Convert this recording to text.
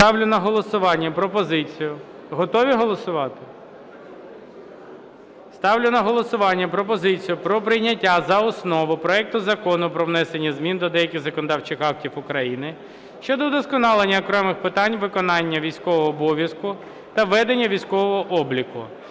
Ставлю на голосування пропозицію про прийняття за основу проекту Закону про внесення змін до деяких законодавчих актів України щодо удосконалення окремих питань виконання військового обов'язку та ведення військового обліку